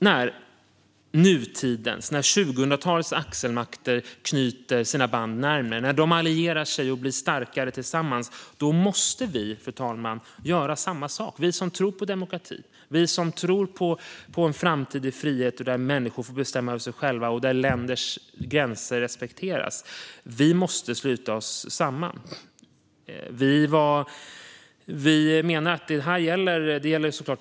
När 2000-talets axelmakter knyter nära band och blir starkare tillsammans måste vi som tror på demokrati och en framtid i frihet där människor får bestämma över sig själva och där länders gränser respekteras göra samma sak. Vi måste luta oss samman.